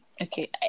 Okay